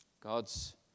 God's